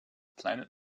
planet